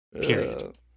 period